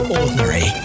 ordinary